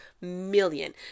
million